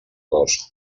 cos